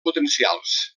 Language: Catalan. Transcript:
potencials